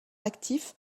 actifs